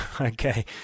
Okay